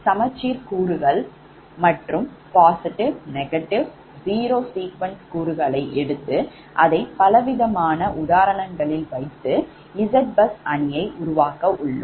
ஆக சமச்சீர் கூறுகள் மற்றும் positive negative zero sequence கூறுகளை எடுத்து அதை பலவிதமான உதாரணங்களில் வைத்து Zbus அணியை உருவாக்க உள்ளோம்